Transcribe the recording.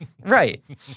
Right